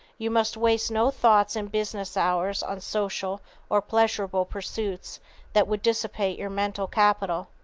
you must waste no thoughts in business hours on social or pleasurable pursuits that would dissipate your mental capital.